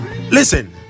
listen